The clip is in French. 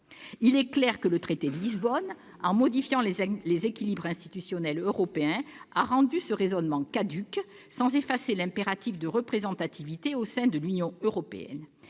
Il est clair que le traité de Lisbonne, en modifiant les équilibres institutionnels européens, a rendu ce raisonnement caduc, sans effacer l'impératif de représentativité au sein de l'Union européenne.